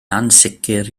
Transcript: ansicr